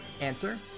Answer